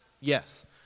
Yes